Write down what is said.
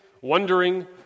wondering